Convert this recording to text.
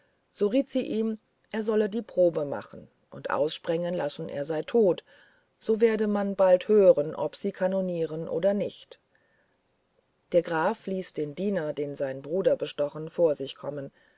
so riet sie ihm er solle die probe machen und aussprengen lassen er sei tot so werde man bald hören ob sie kanonieren ob nicht der graf ließ den diener den sein bruder bestochen vor sich kommen